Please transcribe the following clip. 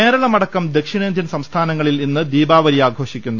കേരളമടക്കം ദ്രക്ഷിണേന്ത്യൻ സംസ്ഥാനങ്ങളിൽ ഇന്ന് ദീപാവലി ആഘോഷിക്കുന്നു